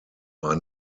war